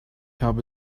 habe